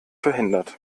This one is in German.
verhindert